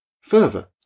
further